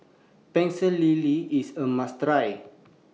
Pecel Lele IS A must Try